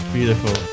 Beautiful